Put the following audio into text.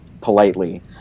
politely